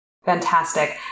Fantastic